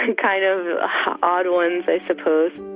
and kind of odd ones, i suppose